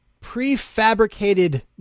Prefabricated